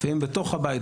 לפעמים בתוך הבית,